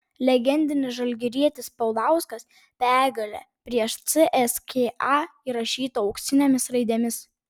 legendinis žalgirietis paulauskas pergalė prieš cska įrašyta auksinėmis raidėmis